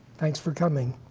thanks for coming.